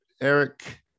Eric